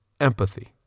Empathy